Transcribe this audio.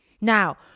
Now